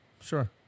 sure